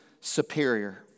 superior